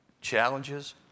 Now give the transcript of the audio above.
Challenges